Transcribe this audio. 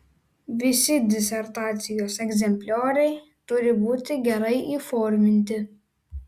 visi disertacijos egzemplioriai turi būti gerai įforminti